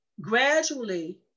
gradually